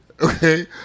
okay